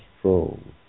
strong